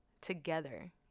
together